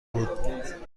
بود